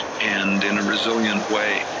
and in a resilient way,